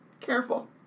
Careful